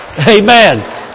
Amen